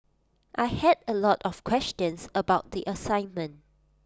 I had A lot of questions about the assignment